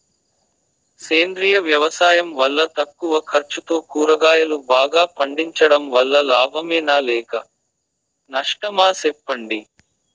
సేంద్రియ వ్యవసాయం వల్ల తక్కువ ఖర్చుతో కూరగాయలు బాగా పండించడం వల్ల లాభమేనా లేక నష్టమా సెప్పండి